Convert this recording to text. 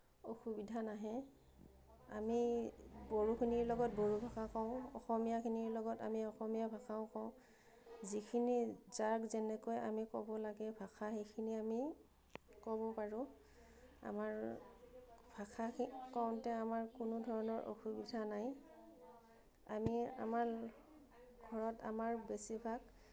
অসুবিধা নাহে আমি বড়োখিনিৰ লগত বড়ো ভাষা কওঁ অসমীয়াখিনিৰ লগত আমি অসমীয়া ভাষাও কওঁ যিখিনি যাক যেনেকৈ আমি ক'ব লাগে ভাষা সেইখিনি আমি ক'ব পাৰোঁ আমাৰ ভাষা কওঁতে আমাৰ কোনো ধৰণৰ অসুবিধা নাই আমি আমাৰ ঘৰত আমাৰ বেছিভাগ